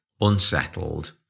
unsettled